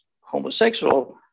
homosexual